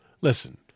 Listen